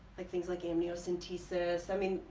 like things like amniocentesis i mean